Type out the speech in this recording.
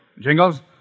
Jingles